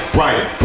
right